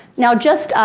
now, just,